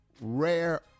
rare